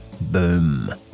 Boom